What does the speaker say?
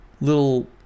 little